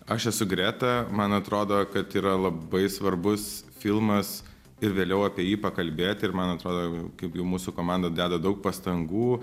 aš esu greta man atrodo kad yra labai svarbus filmas ir vėliau apie jį pakalbėti ir man atrodo kaip jau mūsų komanda deda daug pastangų